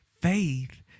Faith